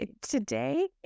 today